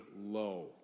low